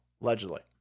allegedly